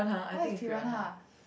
what is piranha